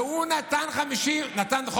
והוא נתן חומש,